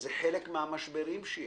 זה חלק מהמשברים שיש.